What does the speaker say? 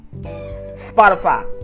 Spotify